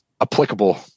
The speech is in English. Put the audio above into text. applicable